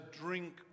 drink